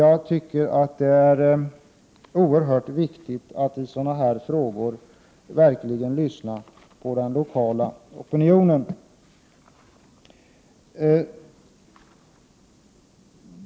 Jag tycker att det är oerhört viktigt att lyssna till den lokala opinionen när det gäller den här typen av frågor.